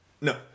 no